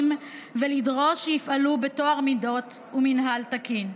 ולדרוש שיפעלו בטוהר מידות ומינהל תקין,